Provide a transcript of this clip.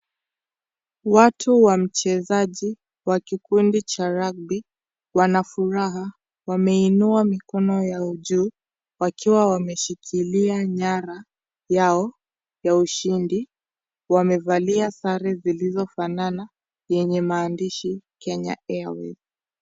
Watu wachezaji wa kikundi cha rugby, wanafuraha wanainuwa mikono yao juu wakiwa wameshikilia nyara yao ya ushindi, wamevalia sare zilizo fanana yenye maandishi Kenya Airways.